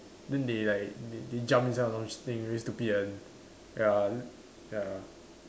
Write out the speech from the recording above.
then they like they they jump inside or something very stupid one ya ya